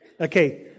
Okay